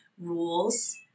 rules